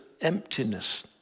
emptiness